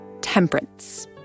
Temperance